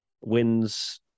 wins